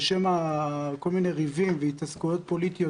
בשם כל מיני ריבים והתעסקויות פוליטיות